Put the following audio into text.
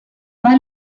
pas